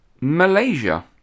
Malaysia